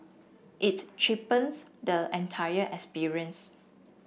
it cheapens the entire experience